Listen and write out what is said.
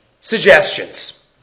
suggestions